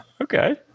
Okay